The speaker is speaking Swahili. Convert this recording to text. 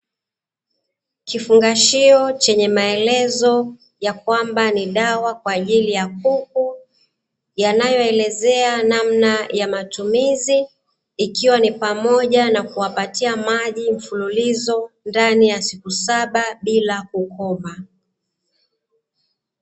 Kifungashio chenye maelezo ya kwamba ni dawa kwa ajili ya kuku, yanayoelezea namna ya matumizi, ikiwa ni pamoja na kuwapatia maji mfululizo ndani ya siku saba bila kikomo.